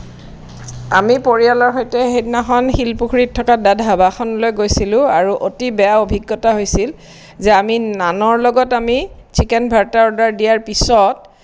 আমি পৰিয়ালৰ সৈতে সেইদিনাখন শিলপুখুৰীত থকা দা ধাবাখনলৈ গৈছিলো আৰু অতি বেয়া অভিজ্ঞতা হৈছিল যে আমি নানৰ লগত আমি চিকেন ভাৰ্তা অৰ্ডাৰ দিয়াৰ পিছত